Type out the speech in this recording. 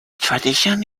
tradition